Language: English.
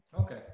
Okay